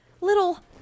little